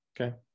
okay